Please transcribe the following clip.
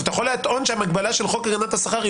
אתה יכול לטעון שהמגבלה של חוק הגנת השכר היא